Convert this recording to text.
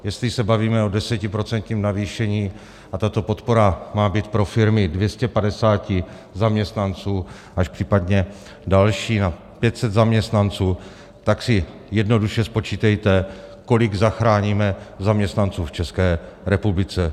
Jestli se bavíme o desetiprocentním navýšení a tato podpora má být pro firmy 250 zaměstnanců až případně další, na 500 zaměstnanců, tak si jednoduše spočítejte, kolik zachráníme zaměstnanců v České republice.